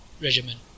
regiment